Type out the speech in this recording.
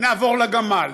נעבור לגמל.